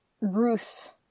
Ruth